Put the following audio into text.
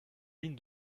ligne